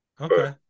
Okay